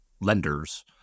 lenders